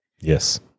yes